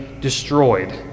destroyed